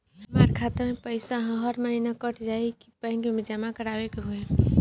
हमार खाता से पैसा हर महीना कट जायी की बैंक मे जमा करवाए के होई?